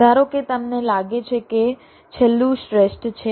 ધારો કે તમને લાગે છે કે છેલ્લું શ્રેષ્ઠ છે